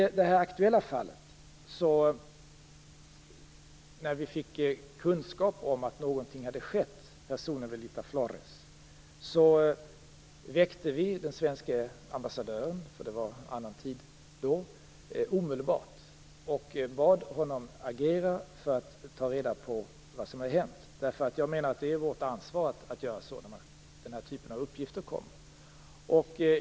När vi i det aktuella fallet fick kunskap om att något hade hänt personen Velita Flores väckte vi omedelbart den svenske ambassadören i Peru, där annan tid gäller. Vi bad honom agera för att ta reda på vad som hade hänt. Jag menar att det är vårt ansvar att göra så när den här typen av uppgifter kommer.